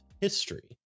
history